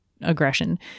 aggression